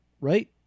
right